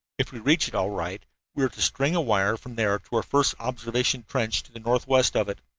if we reach it all right we are to string a wire from there to our first observation trench to the northwest of it.